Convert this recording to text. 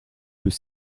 peut